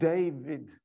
David